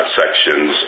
sections